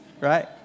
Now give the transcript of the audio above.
right